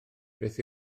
beth